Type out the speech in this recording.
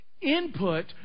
Input